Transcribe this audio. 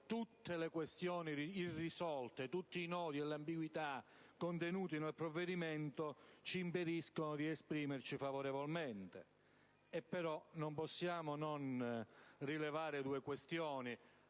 tutte le questioni irrisolte, tutti i nodi e le ambiguità contenute nel provvedimento ci impediscono di esprimerci favorevolmente, e però non possiamo non rilevare due questioni,